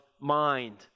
mind